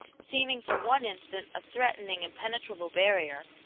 seeming for one instant a threatening, impenetrable barrier,